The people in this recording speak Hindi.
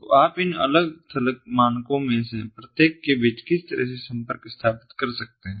तो आप इस अलग थलग मानकों में से प्रत्येक के बीच किस तरह से संपर्क स्थापित कर रहे हैं